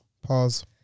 Pause